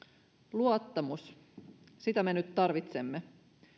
luottamus sitä me nyt tarvitsemme